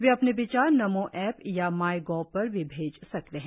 वे अपने विचार नमो ऐप्प या माई गोव पर भी भेज सकते हैं